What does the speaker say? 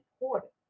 important